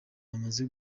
bamaze